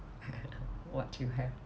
what you have